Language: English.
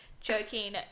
joking